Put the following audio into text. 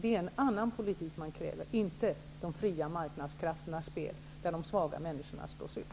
Det är en annan politik som man kräver, inte de fria marknadskrafternas spel, där de svaga människorna slås ut.